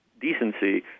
decency